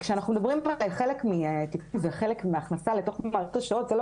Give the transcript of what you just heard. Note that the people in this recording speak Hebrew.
כשאנחנו מדברים על חלק מההכנסה לתוך מערכת החינוך זה לא